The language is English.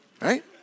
right